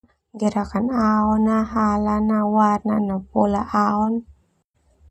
Gerakan ao hala warna no pola ao.